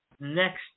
next